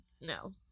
No